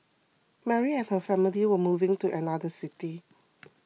Mary and her family were moving to another city